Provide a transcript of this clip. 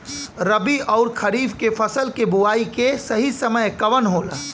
रबी अउर खरीफ के फसल के बोआई के सही समय कवन होला?